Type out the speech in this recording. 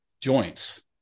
joints